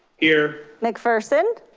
here. mcpherson.